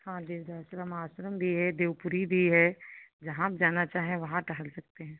हाँ देवदास आश्रम भी है देव पुरी भी है जहाँ आप जाना चाहे वहाँ टहल सकते हैं